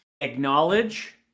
Acknowledge